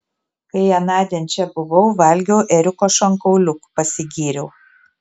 kai anądien čia buvau valgiau ėriuko šonkauliukų pasigyriau